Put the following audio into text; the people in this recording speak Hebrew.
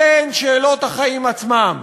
אלה הן שאלות החיים עצמם,